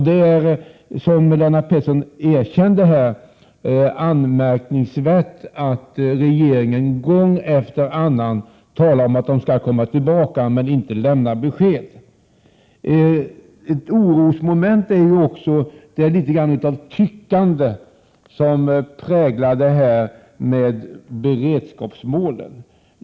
Det är, vilket Lennart Pettersson erkände, anmärkningsvärt att regeringen gång efter annan talar om att den skall återkomma men att den inte lämnar några besked. Ett orosmoment utgör också det tyckande som präglar beredskapsmålen.